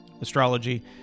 astrology